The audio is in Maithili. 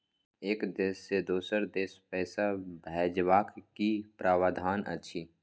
एक देश से दोसर देश पैसा भैजबाक कि प्रावधान अछि??